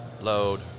Load